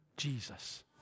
Jesus